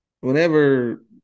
Whenever